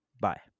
Bye